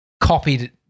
copied